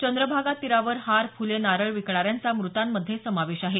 चंद्रभागा तीरावर हार फुले नारळ विकणाऱ्यांचा मृतांमध्ये समावेश आहे